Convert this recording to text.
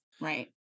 Right